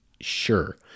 Sure